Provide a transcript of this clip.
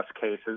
cases